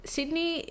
Sydney